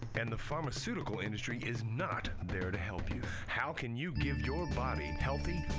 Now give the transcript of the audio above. and the pharmaceutical industry is not there to help you. how can you give your body and healthy,